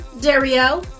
Dario